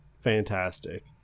fantastic